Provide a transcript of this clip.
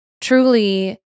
Truly